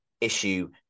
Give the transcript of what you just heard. issue